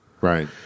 Right